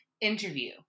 interview